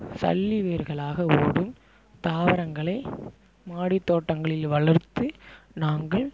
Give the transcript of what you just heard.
சல்லி வேர்களாக ஓடும் தாவரங்களை மாடித்தோட்டங்களில் வளர்த்து நாங்கள்